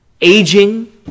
aging